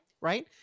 right